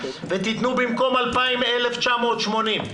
ותיתנו במקום 2,000 1,980,